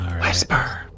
Whisper